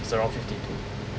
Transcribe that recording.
is around fifty two